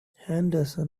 henderson